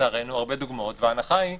היום